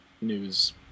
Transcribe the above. news